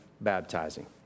baptizing